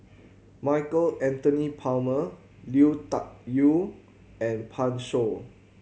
Michael Anthony Palmer Lui Tuck Yew and Pan Shou